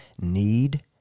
need